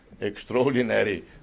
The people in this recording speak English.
extraordinary